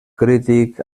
crític